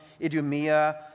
Idumea